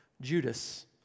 Judas